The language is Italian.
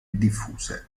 diffuse